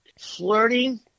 Flirting